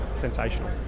sensational